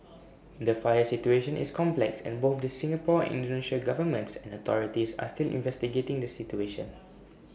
the fire situation is complex and both the Singapore Indonesia governments and authorities are still investigating the situation